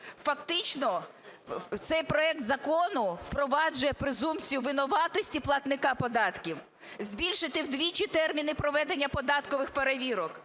Фактично, цей проект закону впроваджує презумпцію винуватості платника податків. Збільшити вдвічі терміни проведення податкових перевірок.